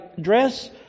dress